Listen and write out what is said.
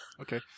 Okay